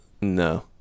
No